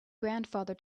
grandfather